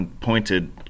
pointed